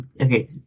Okay